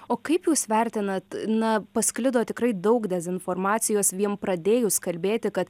o kaip jūs vertinat na pasklido tikrai daug dezinformacijos vien pradėjus kalbėti kad